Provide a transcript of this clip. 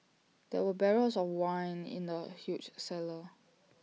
there were barrels of wine in the huge cellar